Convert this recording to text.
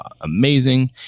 amazing